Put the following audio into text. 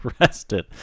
arrested